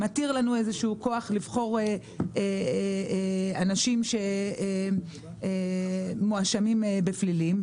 שמתיר לנו איזה כוח לבחור אנשים שמואשמים בפלילים,